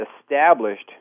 established